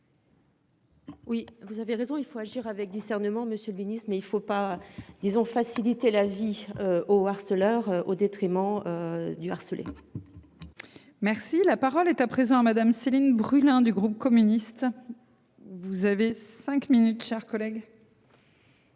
Oui vous avez raison il faut agir avec discernement monsieur le Ministre, mais il ne faut pas, disons, faciliter la vie. Au harceleur au détriment. Du harcelé. Merci la parole est à présent à madame Céline Brulin, du groupe communiste. Vous avez 5 minutes, chers collègues.